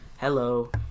Hello